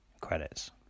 credits